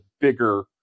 bigger